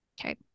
okay